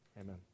Amen